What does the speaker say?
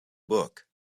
book